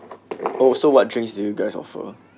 also what drinks do you guys offer